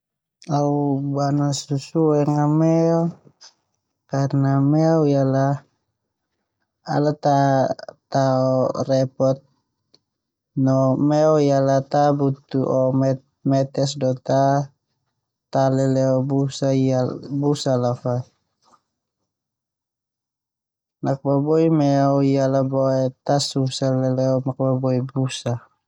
Au bana susuenga a meo karna meo ia la ta bikin repot no meo ia ta butuh o metw do ta lelelo busa la fa. Boema nakboboi meo la boe ta susah.